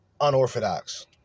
unorthodox